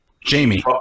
Jamie